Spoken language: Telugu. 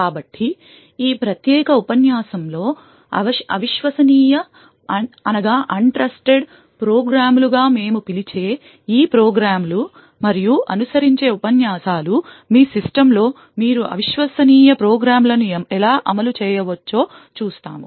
కాబట్టి ఈ ప్రత్యేక ఉపన్యాసంలో అవిశ్వసనీయ ప్రోగ్రామ్లుగా మేము పిలిచే ఈ ప్రోగ్రామ్లు మరియు అనుసరించే ఉపన్యాసాలు మీ సిస్టమ్లో మీరు అవిశ్వసనీయ ప్రోగ్రామ్లను ఎలా అమలు చేయవచ్చో చూస్తాము